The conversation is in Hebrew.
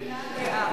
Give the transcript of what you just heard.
הקהילה הגאה.